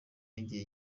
y’igihe